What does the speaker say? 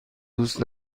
دوست